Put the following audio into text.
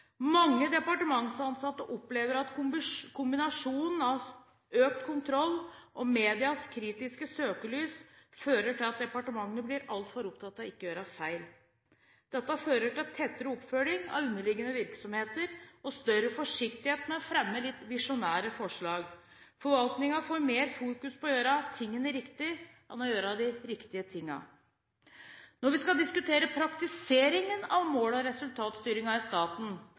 Mange departementsansatte opplever at kombinasjonen av økt kontroll og medias kritiske søkelys fører til at departementene blir altfor opptatt av ikke å gjøre feil. Dette fører til tettere oppfølging av underliggende virksomheter og større forsiktighet med å fremme litt visjonære forslag. Forvaltningen får mer fokus på å gjøre tingene riktig enn å gjøre de riktige tingene. Når vi skal diskutere praktiseringen av mål- og resultatstyringen i staten,